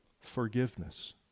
forgiveness